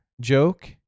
joke